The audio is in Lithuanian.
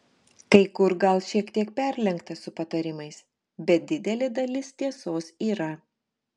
kai kur gal šiek tiek perlenkta su patarimais bet didelė dalis tiesos yra